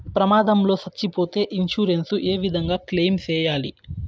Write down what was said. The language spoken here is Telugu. ప్రమాదం లో సచ్చిపోతే ఇన్సూరెన్సు ఏ విధంగా క్లెయిమ్ సేయాలి?